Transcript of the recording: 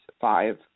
five